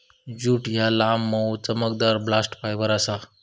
jute ह्या लांब, मऊ, चमकदार बास्ट फायबर आसा